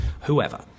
whoever